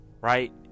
right